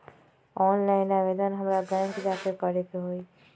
Online आवेदन हमरा bank जाके करे के होई?